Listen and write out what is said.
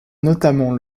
notamment